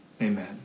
Amen